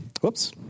Whoops